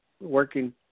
working